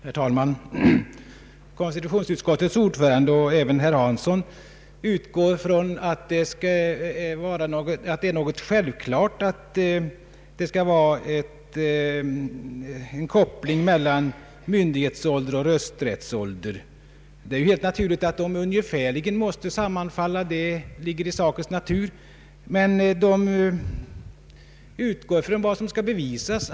Herr talman! Konstitutionsutskottets ordförande och även herr Hansson utgår från att det är självklart att det skall vara en koppling mellan myndighetsåldern och rösträttsåldern. Det är helt naturligt att de ungefärligen måste sammanfalla. Men herrar Georg Pettersson och Hansson utgår från vad som skall bevisas.